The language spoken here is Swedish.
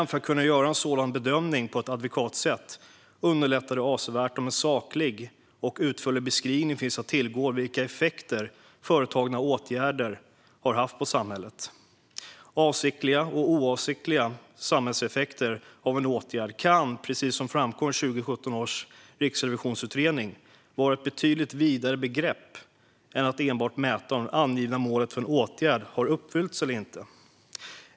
För att kunna göra en sådan bedömning på ett adekvat sätt underlättar det avsevärt om en saklig och utförlig beskrivning finns att tillgå av vilka effekter företagna åtgärder har haft på samhället. Avsiktliga och oavsiktliga samhällseffekter av en åtgärd kan, precis som framkom i 2017 års riksrevisionsutredning, vara ett betydligt vidare begrepp än att enbart mäta om det angivna målet för en åtgärd har uppfyllts eller inte.